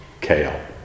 kale